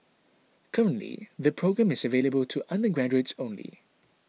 currently the programme is available to undergraduates only